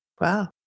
Wow